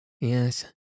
Yes